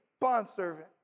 bondservant